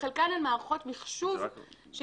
לחלקן אין מערכות מחשוב שיכולות